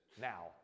Now